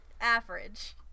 average